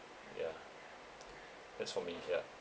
yeah that's for me ya